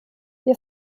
wir